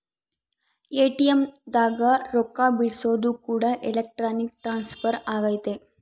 ATM ದಾಗ ರೊಕ್ಕ ಬಿಡ್ಸೊದು ಕೂಡ ಎಲೆಕ್ಟ್ರಾನಿಕ್ ಟ್ರಾನ್ಸ್ಫರ್ ಅಗೈತೆ